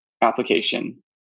application